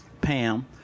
Pam